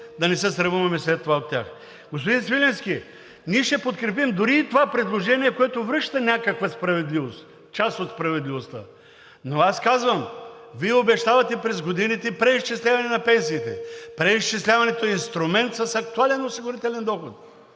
да не се срамуваме след това от тях. Господин Свиленски, ние ще подкрепим дори и това предложение, което връща някаква справедливост, част от справедливостта. Но аз казвам: Вие обещавате през годините преизчисляване на пенсиите. Преизчисляването е инструмент с актуален осигурителен доход.